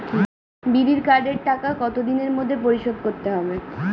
বিড়ির কার্ডের টাকা কত দিনের মধ্যে পরিশোধ করতে হবে?